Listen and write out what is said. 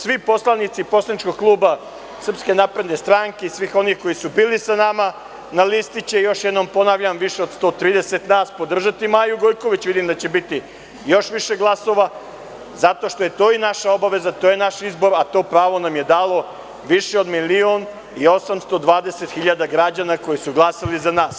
Svi poslanici poslaničkog kluba SNS i svih onih koji su bili sa nama na listi će, još jednom ponavljam, više od 130 nas podržati Maju Gojković, vidim da će biti još više glasova, zato što je to i naša obaveza, to je naš izbor, a to pravo nam je dalo više od milion i 820 hiljada građana koji su glasali za nas.